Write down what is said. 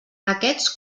aquests